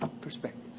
perspective